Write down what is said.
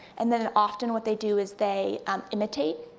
and then often, what they do, is they um imitate,